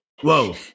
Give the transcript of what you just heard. Whoa